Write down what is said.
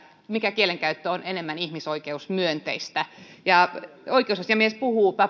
mikä kielenkäyttö on enemmän ihmisoikeusmyönteistä oikeusasiamies puhuu